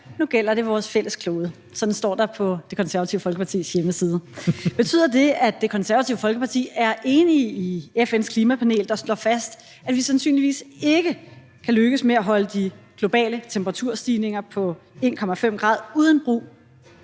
Nu gælder det vores fælles klode.« Sådan står der på Det Konservative Folkepartis hjemmeside. Betyder det, at Det Konservative Folkeparti er enig med FN's klimapanel, der slår fast, at vi sandsynligvis ikke kan lykkes med at holde de globale temperaturstigninger på 1,5 grader uden brug